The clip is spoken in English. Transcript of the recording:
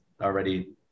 already